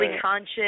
conscious